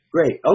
Great